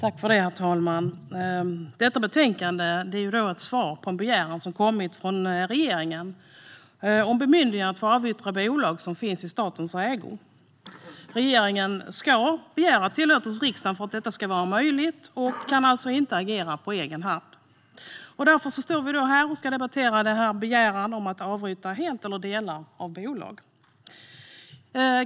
Herr talman! Detta betänkande är ett svar på en begäran som kommit från regeringen om bemyndigande att avyttra bolag som finns i statens ägo. Regeringen ska begära tillåtelse av riksdagen för att detta ska vara möjligt och kan alltså inte agera på egen hand. Därför ska vi debattera denna begäran om att avyttra hela eller delar av bolag.